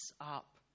up